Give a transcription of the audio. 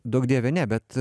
duok dieve ne bet